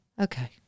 Okay